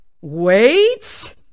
Wait